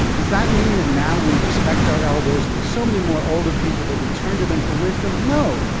does that mean that now we respect our elders and we have so many more older people that we turn to them for wisdom? no.